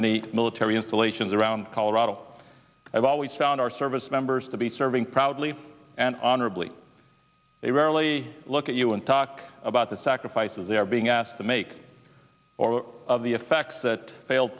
many military installations around colorado i've always found our service members to be serving proudly and honorably they rarely look at you and talk about the sacrifices they are being asked to make or of the effects that failed